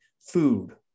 food